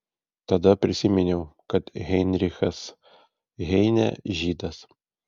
tada prisiminiau kad heinrichas heinė žydas